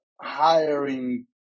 hiring